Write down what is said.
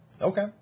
Okay